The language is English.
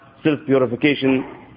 Self-purification